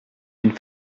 une